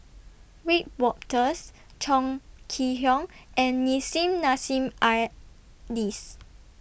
Wiebe Wolters Chong Kee Hiong and Nissim Nassim Adis